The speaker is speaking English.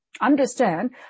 Understand